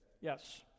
Yes